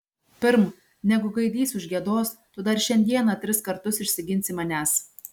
pirm negu gaidys užgiedos tu dar šiandieną tris kartus išsiginsi manęs